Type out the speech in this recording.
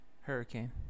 Hurricane